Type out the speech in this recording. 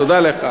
תודה לך.